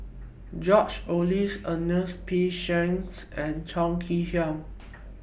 George Oehlers Ernest P Shanks and Chong Kee Hiong